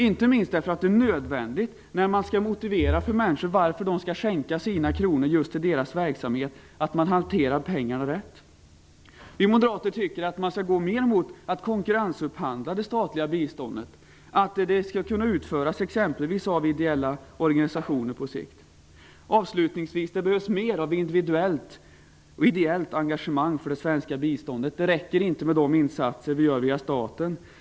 Det är nödvändigt att man hanterar pengarna rätt när man skall motivera för människor varför de skall skänka pengar just till den egna verksamheten. Vi moderater tycker att man skall gå mera mot en konkurrensupphandling av det statliga biståndet. På sikt skall det kunna utföras av ideella organisationer. Avslutningsvis: Det behövs mera av ideellt engagemang för det svenska biståndet. Det räcker inte med de insatser som görs via staten.